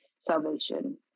salvation